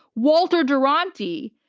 walter duranty,